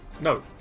No